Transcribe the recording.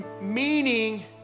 meaning